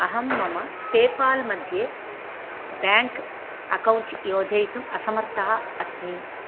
अहं मम पेपाल्मध्ये बेङ्क् अक्कौण्ट् योजयितुम् असमर्थः अस्मि